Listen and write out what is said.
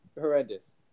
horrendous